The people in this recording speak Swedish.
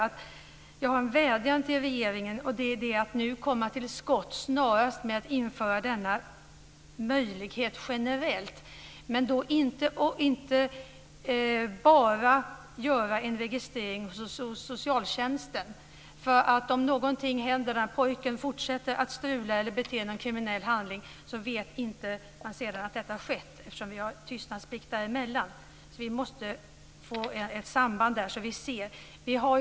Jag har bara en vädjan till regeringen, och det är att den snarast ska komma till skott med att införa denna möjlighet generellt. Det ska då inte bara göras en registrering hos socialtjänsten. Om det händer någonting ytterligare, att pojken fortsätter att strula eller begår en kriminell handling, vet hans föräldrar då inte att detta har skett. Det kommer en tystnadsplikt däremellan. Det måste bli ett samband där, så att detta blir synligt.